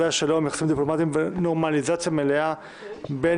יחסים דיפלומטיים ונורמליזציה מלאה בין